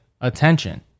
attention